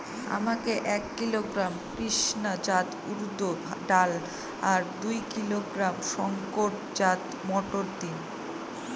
আমাকে এক কিলোগ্রাম কৃষ্ণা জাত উর্দ ডাল আর দু কিলোগ্রাম শঙ্কর জাত মোটর দিন?